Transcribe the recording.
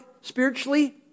spiritually